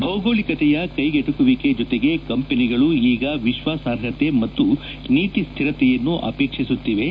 ಭೌಗೋಳಿಕತೆಯ ಕೈಗೆಟಕುವಿಕೆ ಜತೆಗೆ ಕಂಪನಿಗಳ ಈಗ ವಿಶಾಸ್ವಾರ್ಹತೆ ಮತ್ತು ನೀತಿ ಸ್ಥಿರತೆಯನ್ನು ಆಪೇಕ್ಷಿಸುತ್ತಿವೆ